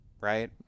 right